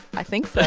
i think